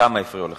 כמה הפריעו לך?